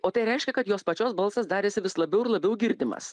o tai reiškia kad jos pačios balsas darėsi vis labiau ir labiau girdimas